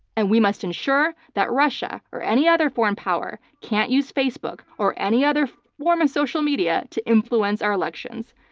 and we must ensure that russia or any other foreign power can't use facebook or any other form of social media to influence our elections.